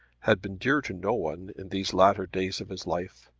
had been dear to no one in these latter days of his life,